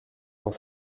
dans